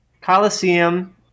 Coliseum